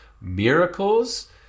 miracles